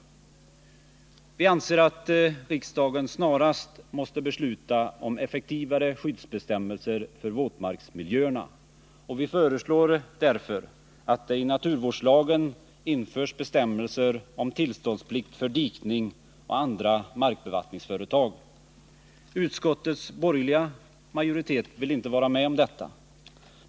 Vi anser att riksdagen snarast måste besluta om effektivare skyddsbestämmelser för våtmarksmiljöerna. Vi föreslår därför att det i naturvårdslagen införs bestämmelser om tillståndsplikt för dikning och andra markbevattningsföretag. Utskottets borgerliga majoritet vill inte vara med om detta.